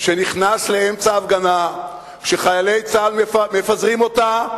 שנכנס לאמצע הפגנה שחיילי צה"ל מפזרים אותה,